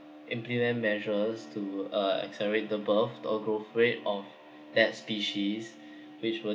implement measures to uh accelerate the birth or growth rate of that species which would